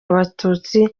abatutsi